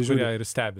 žiūri ir stebi